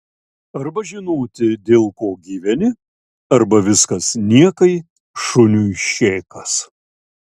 arba žinoti dėl ko gyveni arba viskas niekai šuniui šėkas